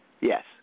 Yes